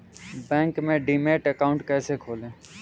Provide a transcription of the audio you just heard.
Bank में demat account कैसे खोलें?